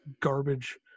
garbage